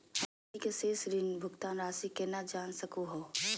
हमनी के शेष ऋण भुगतान रासी केना जान सकू हो?